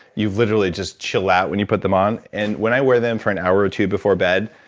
you literally just chill out when you put them on and when i wear them for an hour or two before bed,